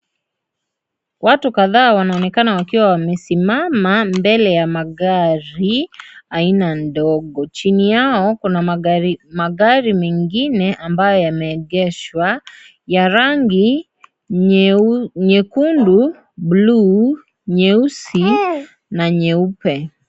Watu kadhaa wanaonekana wakiwa wamesimama mbele ya magari aina ndogo. Chini yao kuna magari mengine ambayo yameegeshwa, ya rangi nyekundu, bluu, nyeusi na nyeupe.